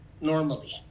normally